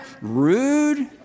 rude